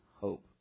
hope